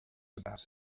about